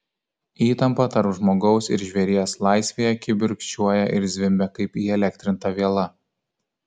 įtampa tarp žmogaus ir žvėries laisvėje kibirkščiuoja ir zvimbia kaip įelektrinta viela